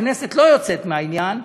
הכנסת לא יוצאת מהעניין,